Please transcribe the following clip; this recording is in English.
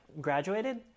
graduated